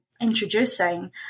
introducing